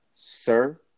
Sir